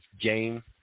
game